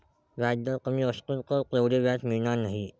व्याजदर कमी असतील तर तेवढं व्याज मिळणार नाही